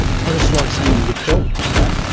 ah just like seeing them get help. yeah